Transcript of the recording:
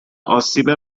آسیب